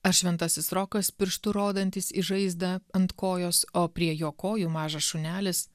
ar šventasis rokas pirštu rodantis į žaizdą ant kojos o prie jo kojų mažas šunelis